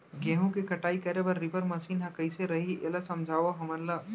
गेहूँ के कटाई करे बर रीपर मशीन ह कइसे रही, एला समझाओ हमन ल?